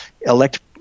elect